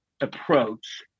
approach